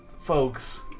folks